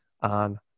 on